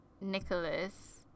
Nicholas